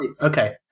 okay